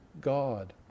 God